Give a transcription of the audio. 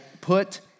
put